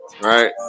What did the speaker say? right